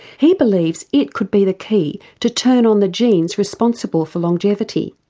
he believes it could be the key to turn on the genes responsible for longevity.